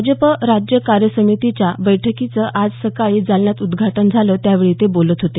भाजप राज्य कार्य समितीच्या बैठकीचं आज सकाळी जालन्यात उद्घाटन झालं त्यावेळी ते बोलत होते